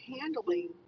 handling